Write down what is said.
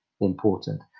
important